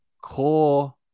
core